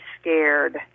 scared